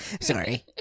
Sorry